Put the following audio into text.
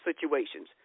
situations